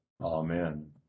Amen